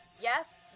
yes